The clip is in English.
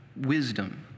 wisdom